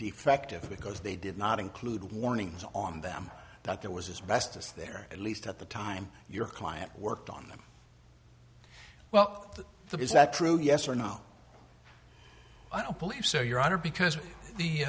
defective because they did not include warnings on them that there was as best as there at least at the time your client worked on them well that is not true yes or no i don't believe so your honor because the